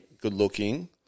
good-looking